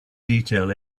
detail